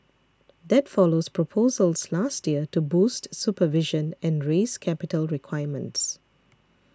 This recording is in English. that follows proposals last year to boost supervision and raise capital requirements